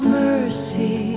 mercy